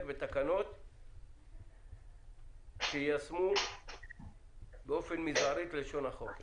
בתקנות שיישמו באופן מזערי את לשון החוק.